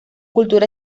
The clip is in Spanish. cultura